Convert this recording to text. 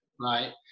right